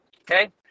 Okay